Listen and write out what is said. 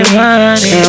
money